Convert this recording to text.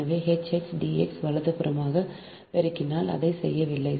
எனவே H x d x வலதுபுறமாக பெருக்கினால் அதைச் செய்யவில்லை